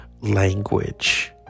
language